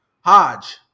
Hodge